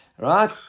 Right